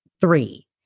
Three